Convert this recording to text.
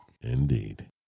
Indeed